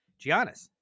Giannis